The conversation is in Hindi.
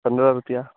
पन्द्रह रुपया